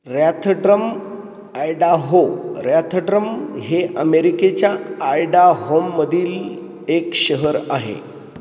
Rathdrum Idaho Rathdrum हे अमेरिकेच्या आयडाहोममधील एक शहर आहे